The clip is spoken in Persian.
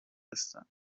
هستن